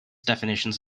definitions